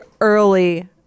early